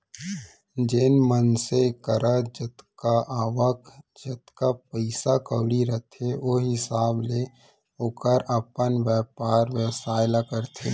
जेन मनसे करा जतका आवक, जतका पइसा कउड़ी रथे ओ हिसाब ले ओहर अपन बयपार बेवसाय ल करथे